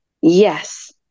Yes